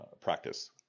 practice